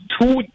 two